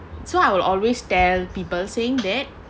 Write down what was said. so I will always tell people saying that